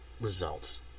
results